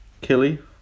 killy